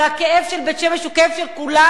והכאב של בית-שמש הוא כאב של כולנו,